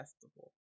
festival